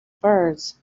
birds